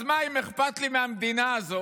אז מה אם אכפת לי מהמדינה הזאת,